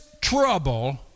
trouble